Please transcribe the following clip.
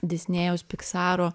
disnėjaus piksaro